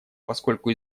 поскольку